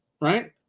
Right